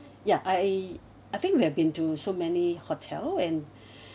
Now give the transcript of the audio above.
ya I I think we have been to so many hotel and